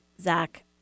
Zach